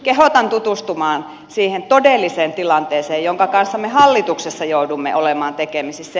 kehotan tutustumaan siihen todelliseen tilanteeseen jonka kanssa me hallituksessa joudumme olemaan tekemisissä